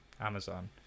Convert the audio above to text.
amazon